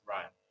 Right